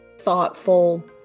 thoughtful